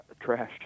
trashed